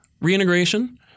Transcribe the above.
reintegration